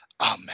amen